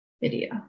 video